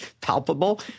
palpable